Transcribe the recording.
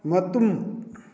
ꯃꯇꯨꯝ